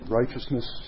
righteousness